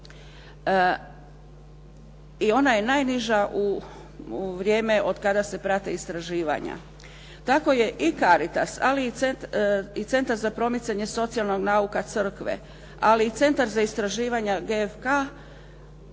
I ona je najniža u vrijeme od kada se prate istraživanja. Tako je i Caritas, ali i Centar za promicanje socijalnog nauka crkve, ali i centar za istraživanja GFK